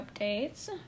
updates